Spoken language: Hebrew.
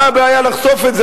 מה הבעיה לחשוף את זה?